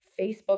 Facebook